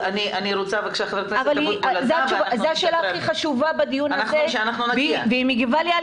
ח"כ אבוטבול --- אבל זו השאלה הכי חשובה בדיון הזה והיא מגיבה לי על